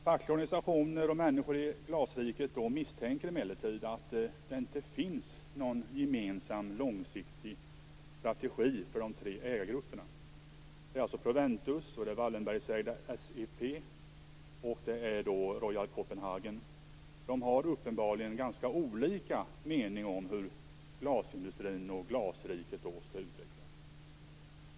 Fackliga organisationer och människor i glasriket misstänker emellertid att det inte finns någon gemensam långsiktig strategi för de tre ägargrupperna. Det är alltså Proventus. Wallenbergsägda SEP och Royal Copenhagen. De har uppenbarligen ganska olika mening om hur glasindustrin och glasriket skall utvecklas.